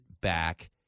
back